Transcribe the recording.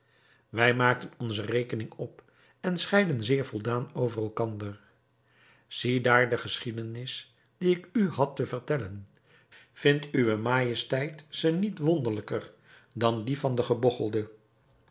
wij maakten onze rekening op en scheidden zeer voldaan over elkander ziedaar de geschiedenis die ik u had te vertellen vindt uwe majesteit ze niet wonderlijker dan die van den